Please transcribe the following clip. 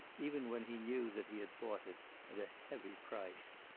even when he knew that he had bought it at a heavy price.